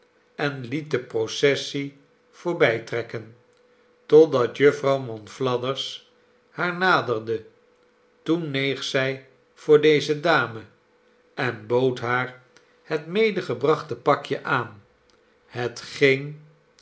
en liet de processie voorbijtrekken totdat jufvrouw monflathers haar naderde toen neeg zij voor deze dame en bood haar het medegebrachte pakje aan